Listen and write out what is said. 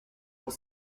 pour